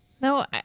No